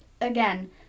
Again